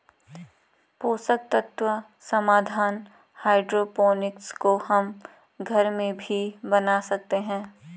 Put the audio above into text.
पोषक तत्व समाधान हाइड्रोपोनिक्स को हम घर में भी बना सकते हैं